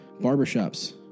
barbershops